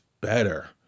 better